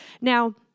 Now